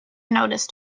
noticed